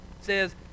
says